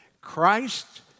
Christ